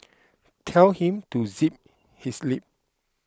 tell him to zip his lip